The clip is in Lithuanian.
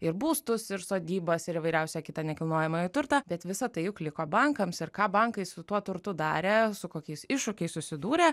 ir būstus ir sodybas ir įvairiausią kitą nekilnojamąjį turtą bet visa tai juk liko bankams ir ką bankai su tuo turtu darė su kokiais iššūkiais susidūrė